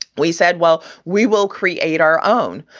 we said, well, we will create our own.